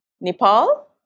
Nepal